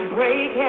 Break